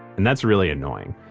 and that's really annoying.